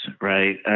right